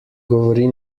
govori